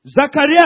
Zachariah